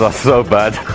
ah so bad!